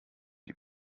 die